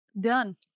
done